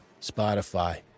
Spotify